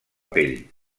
pell